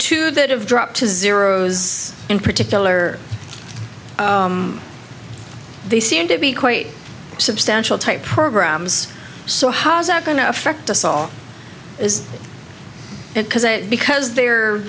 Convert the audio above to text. two that have dropped to zero as in particular they seem to be quite substantial type programs so how's that going to affect us all is it because